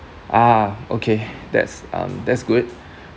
ah okay that's um that's good